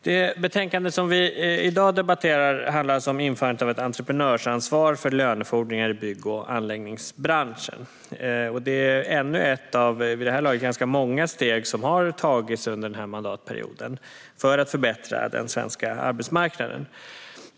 Det betänkande som vi i dag debatterar handlar om införandet av ett entreprenörsansvar för lönefordringar i bygg och anläggningsbranschen. Det är ännu ett av de vid det här laget ganska många steg som har tagits under den här mandatperioden för att förbättra den svenska arbetsmarknaden.